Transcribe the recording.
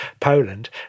Poland